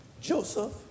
Joseph